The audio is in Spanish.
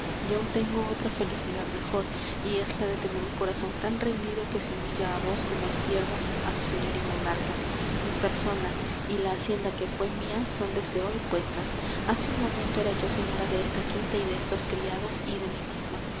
y áun tengo otra felicidad mejor y es la de tener un corazon tan rendido que se humilla á vos como el siervo á su señor y monarca mi persona y la hacienda que fué mia son desde hoy vuestras hace un momento era yo señora de esta quinta y de estos criados y de mí misma